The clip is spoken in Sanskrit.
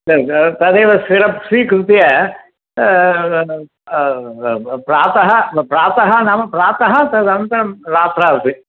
तदेव सिरप् स्वीकृत्य प्रातः प्रातः नाम प्रातः तदन्तरं रात्रौ अपि